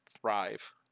thrive